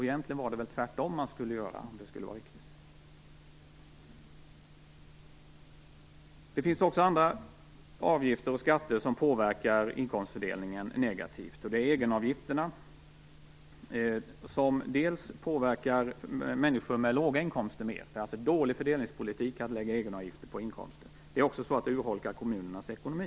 Egentligen var det väl tvärtom man borde göra om det skulle vara riktigt. Det finns också andra avgifter och skatter som påverkar inkomstfördelningen negativt. Det gäller t.ex. egenavgifterna, som påverkar människor med låga inkomster mer. Det är alltså dålig fördelningspolitik att lägga egenavgifter på inkomster. Det urholkar dessutom kommunernas ekonomi.